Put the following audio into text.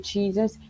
Jesus